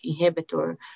inhibitor